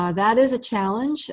ah that is a challenge